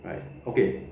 like okay